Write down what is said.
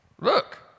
Look